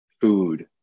food